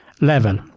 level